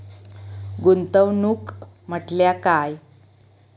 गुंतवणूक म्हटल्या काय?